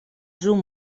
zum